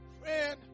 Friend